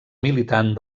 militant